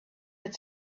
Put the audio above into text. had